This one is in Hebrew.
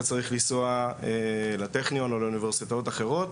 צריך לנסוע לטכניון או לאוניברסיטאות אחרות,